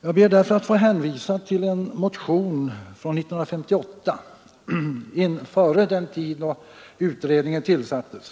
Jag ber därför att få hänvisa till en motion från 1958, före den tidpunkt då utredningen tillsattes.